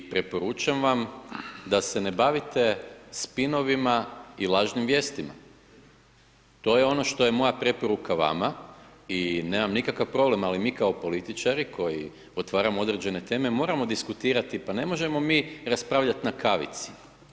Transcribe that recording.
I preporučam vam da se ne bavite spinovima i lažnim vijestima, to je ono što je moja preporuka vama i nemam nikakav problem, ali mi kao političari, koji otvaramo određene teme, moramo diskutirati, pa ne možemo mi raspravljati na kavici.